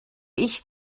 ich